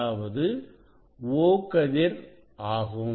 அதாவது O கதிர் ஆகும்